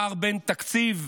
פער בתקציב,